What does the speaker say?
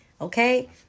okay